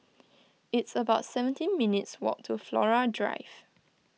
it's about seventeen minutes' walk to Flora Drive